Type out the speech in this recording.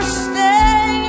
stay